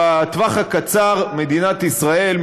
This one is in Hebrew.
בטווח הקצר מדינת ישראל,